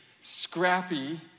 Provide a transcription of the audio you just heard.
scrappy